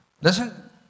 Listen